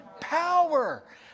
power